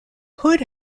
hood